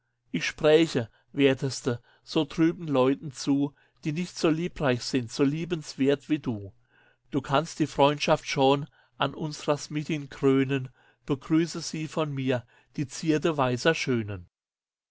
ich spräche werteste so trüben leuten zu die nicht so liebreich sind so liebenswert als du du kannst die freundschaft schon an unsrer smithin krönen begrüße sie von mit die zierde weiser schönen